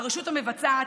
הרשות המבצעת,